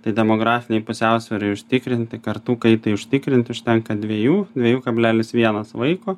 tai demografinei pusiausvyrai užtikrinti kartų kaitai užtikrinti užtenka dviejų dviejų kablelis vienas vaiko